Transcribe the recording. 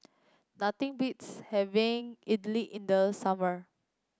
nothing beats having idly in the summer